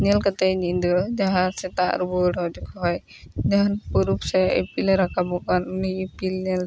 ᱧᱮᱞ ᱠᱟᱛᱮ ᱧᱤᱫᱟᱹ ᱡᱟᱦᱟᱸ ᱥᱮᱛᱟᱜ ᱨᱩᱭᱟᱹᱲ ᱚᱸᱰᱮ ᱠᱷᱚᱡ ᱡᱟᱦᱟᱱ ᱯᱩᱨᱩᱵ ᱥᱮᱡ ᱤᱯᱤᱞᱮ ᱨᱟᱠᱟᱵᱚᱜ ᱠᱟᱱ ᱩᱱᱤ ᱤᱯᱤᱞ ᱧᱮᱞ